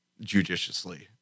judiciously